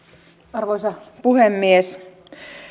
arvoisa puhemies